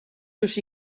seus